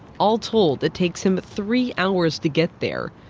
all told it takes him three hours to get there,